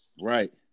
Right